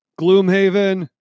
Gloomhaven